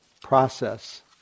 process